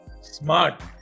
smart